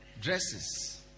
dresses